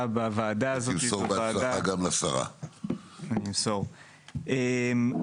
בוועדה הזאת -- תמסור בהצלחה גם לשרה.